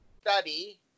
study